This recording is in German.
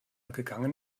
gegangen